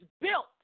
built